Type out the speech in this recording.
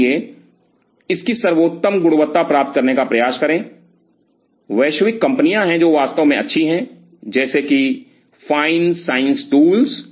इसलिए इसकी सर्वोत्तम गुणवत्ता प्राप्त करने का प्रयास करें वैश्विक कंपनियां हैं जो वास्तव में अच्छी हैं जैसे कि फाइन साइंस टूल्स